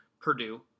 Purdue